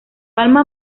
alma